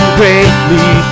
greatly